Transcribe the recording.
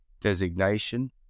designation